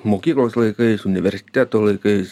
mokyklos laikais universiteto laikais